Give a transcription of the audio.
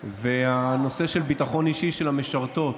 הנושא של הביטחון האישי של המשרתות